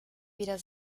wieder